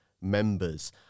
members